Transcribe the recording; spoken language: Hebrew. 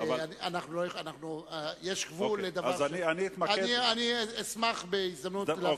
יש גבול לדבר שהוא, אני אשמח בהזדמנות, בסדר,